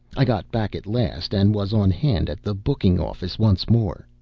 i got back at last and was on hand at the booking-office once more.